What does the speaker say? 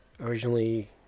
originally